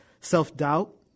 self-doubt